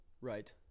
Right